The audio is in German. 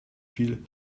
viel